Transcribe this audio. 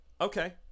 Okay